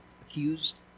accused